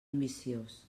ambiciós